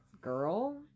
girl